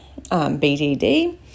bdd